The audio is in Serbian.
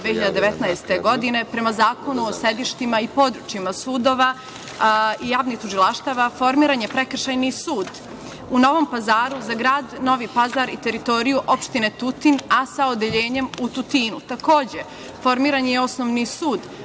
2019. godine, prema Zakonu o sedištima i područjima sudova i javnih tužilaštava, formiran je Prekršajni sud u Novom Pazaru za grad Novi Pazar i teritoriju opštine Tutin, a sa Odeljenjem u Tutinu. Takođe, formiran je Osnovni sud